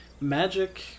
Magic